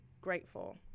grateful